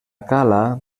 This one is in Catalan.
cala